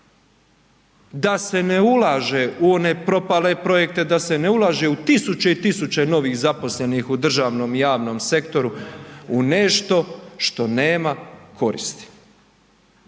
da se ne ulaže u one propale projekte, da se ne ulaže u tisuće i tisuće novih zaposlenih u državnom i javnom sektoru u nešto što nema koristi.